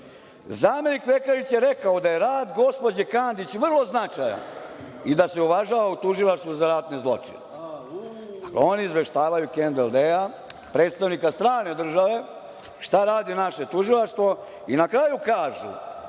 Vekarić je rekao da je rad gospođe Kandić vrlo značajan i da se uvažava u Tužilaštvu za ratne zločine. Oni izveštavaju Kendal Dea, predstavnika strane države, šta radi naše tužilaštvo i na kraju kažu